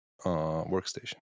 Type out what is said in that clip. workstation